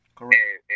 Correct